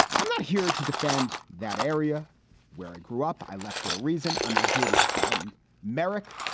i'm not here to defend that area where i grew up. i left for a reason. i'm not here to defend merrick.